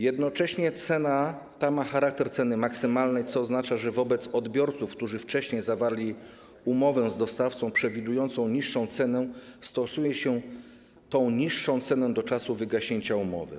Jednocześnie cena ta ma charakter ceny maksymalnej, co oznacza, że wobec odbiorców, którzy wcześniej zawarli umowę z dostawcą przewidującą niższą cenę, stosuję się tę niższą cenę do czasu wygaśnięcia umowy.